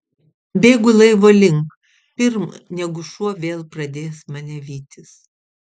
bėgu laivo link pirm negu šuo vėl pradės mane vytis